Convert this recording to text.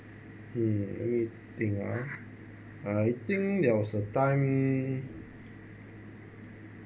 hmm let me think ah I think there was a time